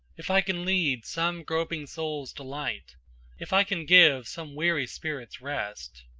if i can lead some groping souls to light if i can give some weary spirits rest.